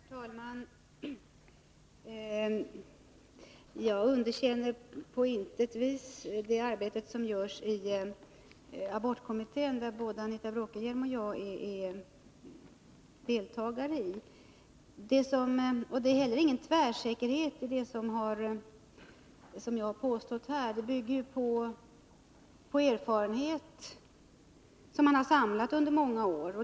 Herr talman! Jag underkänner på intet vis det arbete som utförs i abortkommittén, som både Anita Bråkenhielm och jag är ledamöter i. Och det som jag påstått här handlar inte heller om någon tvärsäkerhet, utan det bygger på erfarenheter som samlats under många år.